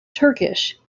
turkish